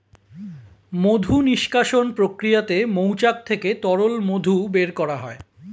মধু নিষ্কাশণ প্রক্রিয়াতে মৌচাক থেকে তরল মধু বের করা হয়